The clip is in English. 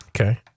okay